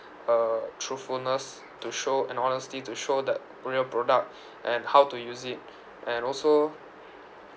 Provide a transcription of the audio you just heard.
uh truthfulness to show and honesty to show that real product and how to use it and also